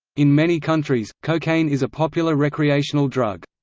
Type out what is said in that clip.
in many countries, cocaine is a popular recreational drug.